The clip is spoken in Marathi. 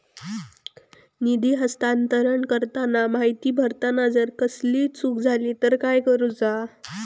निधी हस्तांतरण करताना माहिती भरताना जर कसलीय चूक जाली तर काय करूचा?